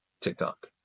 TikTok